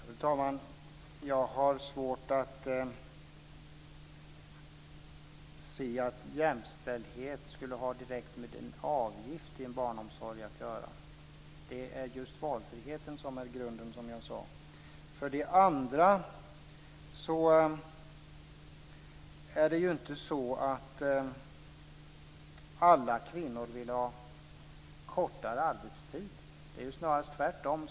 Fru talman! Jag har svårt att se att jämställdhet direkt skulle ha med en avgift i barnomsorgen att göra. Det är just valfriheten som är grunden, som jag sade. Dessutom är det inte så att alla kvinnor vill ha kortare arbetstid. Det är snarast tvärtom.